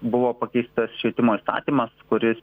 buvo pakeistas švietimo įstatymas kuris